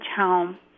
home